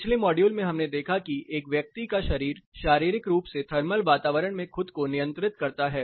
पिछले मॉड्यूल में हमने देखा कि एक व्यक्ति का शरीर शारीरिक रूप से थर्मल वातावरण में खुद को नियंत्रित करता है